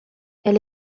elle